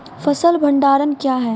फसल भंडारण क्या हैं?